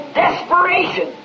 desperation